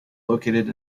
located